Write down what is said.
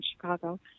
Chicago